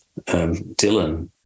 Dylan